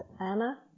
Anna